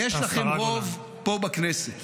יש לכם רוב פה בכנסת.